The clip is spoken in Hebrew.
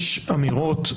יש אמירות,